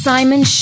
Simon